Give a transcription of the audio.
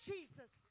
Jesus